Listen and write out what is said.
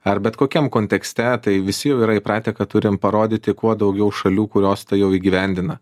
ar bet kokiam kontekste tai visi jau yra įpratę kad turim parodyti kuo daugiau šalių kurios tai jau įgyvendina